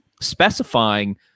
specifying